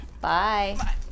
Bye